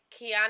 Kiana